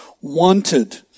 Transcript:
wanted